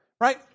right